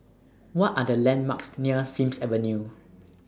What Are The landmarks near Sims Avenue